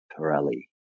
Pirelli